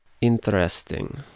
Interesting